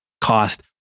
cost